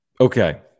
Okay